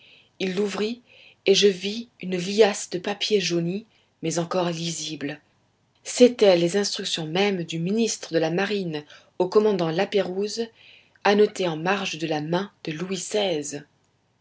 il l'ouvrit et je vis une liasse de papiers jaunis mais encore lisibles c'étaient les instructions même du ministre de la marine au commandant la pérouse annotées en marge de la main de louis